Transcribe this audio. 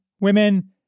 women